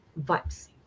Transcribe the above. vibes